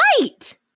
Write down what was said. Right